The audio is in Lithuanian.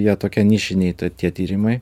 jie tokie nišiniai tie tyrimai